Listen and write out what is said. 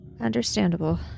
Understandable